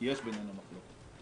כי יש בינינו מחלוקת.